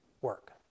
work